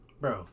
Bro